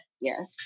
Yes